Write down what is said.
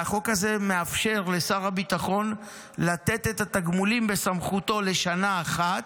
והחוק הזה מאפשר לשר הביטחון לתת את התגמולים בסמכותו לשנה אחת,